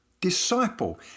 disciple